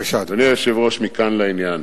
אדוני היושב-ראש, מכאן לעניין.